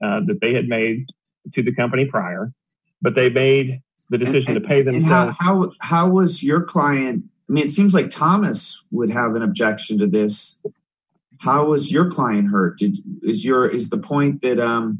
that they had made to the company prior but they bade the decision to pay them how how was your client i mean it seems like thomas would have an objection to this how is your client hurt and is your is the point